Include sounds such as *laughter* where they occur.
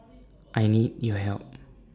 *noise* I need your help